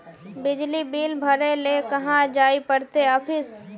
बिजली बिल भरे ले कहाँ जाय पड़ते ऑफिस?